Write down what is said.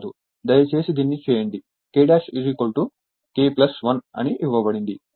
దయచేసి దీన్ని చేయండి K K 1 అని ఇవ్వబడింది